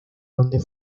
donde